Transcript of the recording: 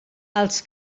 els